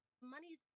money's